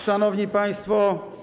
Szanowni Państwo!